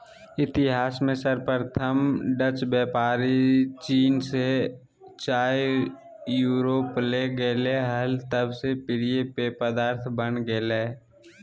इतिहास में सर्वप्रथम डचव्यापारीचीन से चाययूरोपले गेले हल तब से प्रिय पेय पदार्थ बन गेलय